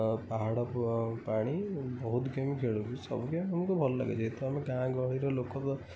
ପାହାଡ଼ ପାଣି ବହୁତ ଗେମ୍ ଖେଳୁ ସବୁ ଗେମ୍ ଆମକୁ ଭଲ ଲାଗେ ଯେହେତୁ ଆମେ ଗାଁ ଗହଳିର ଲୋକ ତ